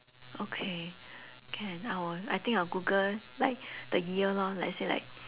okay can I will I think I will google like the year lor let's say like